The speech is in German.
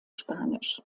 spanisch